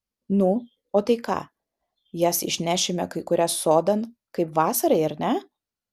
nu o tai ką jas išnešime kai kurias sodan kaip vasarai ar ne